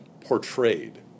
portrayed